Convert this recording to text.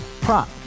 Prop